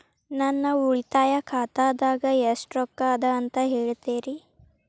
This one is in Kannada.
ನನ್ನ ಉಳಿತಾಯ ಖಾತಾದಾಗ ಎಷ್ಟ ರೊಕ್ಕ ಅದ ಅಂತ ಹೇಳ್ತೇರಿ?